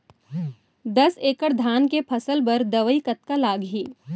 दस एकड़ धान के फसल बर दवई कतका लागही?